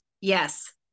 Yes